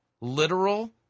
literal